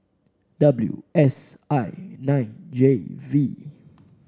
W S I nine J V